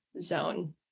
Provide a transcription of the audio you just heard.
zone